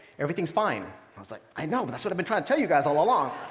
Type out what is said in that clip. everything's fine. i was like, i know. that's what i've been trying to tell you guys all along.